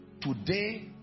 Today